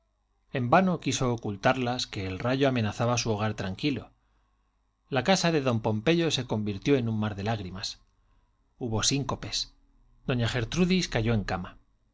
en vano quiso ocultarlas que el rayo amenazaba su hogar tranquilo la casa de don pompeyo se convirtió en un mar de lágrimas hubo síncopes doña gertrudis cayó en cama